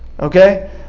Okay